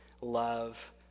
love